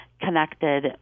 connected